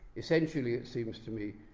essentially, it seems to me,